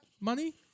money